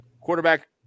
quarterback